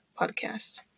podcast